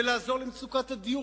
ולעזור למצוקת הדיור,